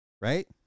right